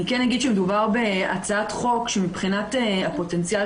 אני אגיד שמדובר בהצעת חוק שמבחינת הפוטנציאל